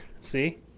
see